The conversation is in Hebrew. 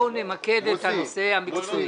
בואו נמקד את הנושא המקצועי.